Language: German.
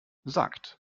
sagt